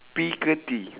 P ke T